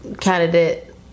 candidate